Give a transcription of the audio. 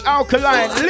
Alkaline